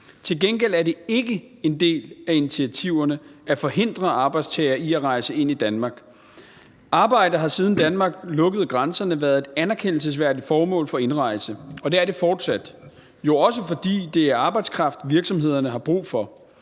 Til gengæld er det ikke en del af initiativerne at forhindre arbejdstagere i at rejse ind i Danmark. Arbejde har, siden Danmark lukkede grænserne, været et anerkendelsesværdigt formål for indrejse, og det er det fortsat – jo også, fordi det er arbejdskraft, virksomhederne har brug for.